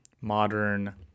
modern